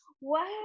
Wow